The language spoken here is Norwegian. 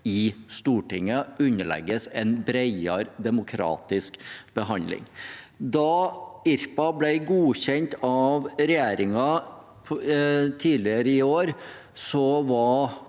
i Stortinget og underlegges en bredere demokratisk behandling. Da Irpa ble godkjent av regjeringen tidligere i år, var